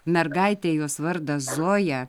mergaite jos vardas zoja